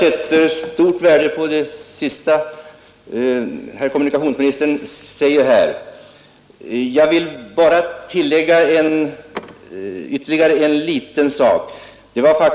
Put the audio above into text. Herr talman! Jag sätter stort värde på det som herr kommunikationsministern senast sade. Jag vill bara tillägga ytterligare en liten sak.